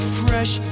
fresh